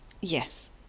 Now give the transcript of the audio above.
Yes